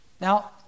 now